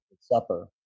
supper